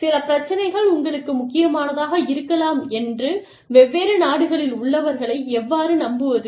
சில பிரச்சினைகள் உங்களுக்கு முக்கியமானதாக இருக்கலாம் என்று வெவ்வேறு நாடுகளில் உள்ளவர்களை எவ்வாறு நம்புவது